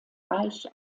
reich